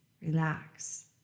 relax